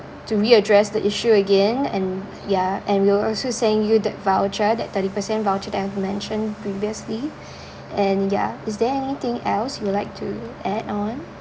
to readdress the issue again and yeah and we'll also send you the voucher that thirty percent voucher that I've mentioned previously and yeah is there anything else you would like to add on